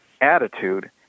attitude